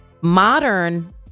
Modern